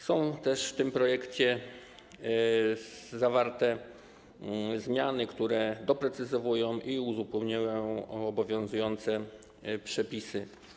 Są też w tym projekcie zawarte zmiany, które doprecyzowują i uzupełniają obowiązujące przepisy.